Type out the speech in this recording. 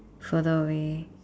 further away